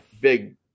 Big